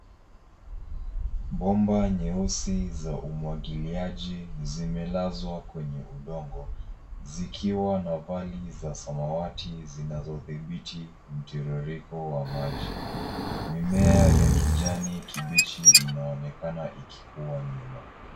Bomba nyeusi za umwagiliaji zimelazwa kwenye udongo zikiwa na valvi za samawati zinazodhibiti mtiririko wa maji. Mimea ya kijani kibichi inaonekana ikikuwa nyuma.